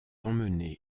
emmenés